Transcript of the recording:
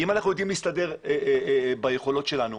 אם אנחנו יודעים להסתדר ביכולות שלנו,